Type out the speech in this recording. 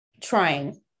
trying